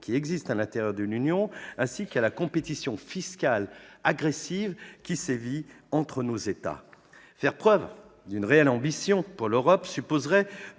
qui existent à l'intérieur de l'Union, ainsi qu'à la compétition fiscale agressive qui sévit entre nos États ? Faire preuve d'une réelle ambition pour l'Europe supposerait